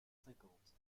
cinquante